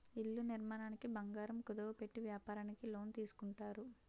ఇళ్ల నిర్మాణానికి బంగారం కుదువ పెట్టి వ్యాపారానికి లోన్ తీసుకుంటారు